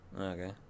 Okay